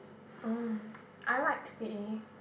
oh I liked P_E